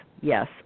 Yes